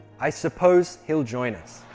i suppose he'll join us